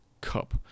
cup